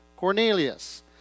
Cornelius